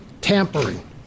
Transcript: tampering